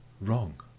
wrong